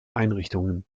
einrichtungen